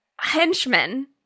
henchmen